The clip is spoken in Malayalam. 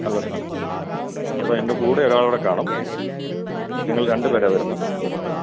നല്ല സാധനം അപ്പോൾ എന്റെ കൂടെ ഒരാളൂടെ കാണും ഞങ്ങള് രണ്ട് പേരാണ് വരുന്നത് അത്